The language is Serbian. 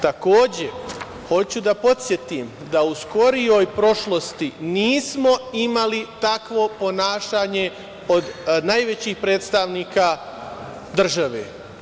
Takođe, hoću da podsetim da u skorijoj prošlosti nismo imali takvo ponašanje od najvećih predstavnika države.